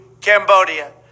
Cambodia